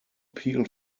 peel